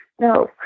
No